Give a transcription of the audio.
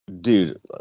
Dude